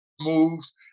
moves